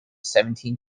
seventeen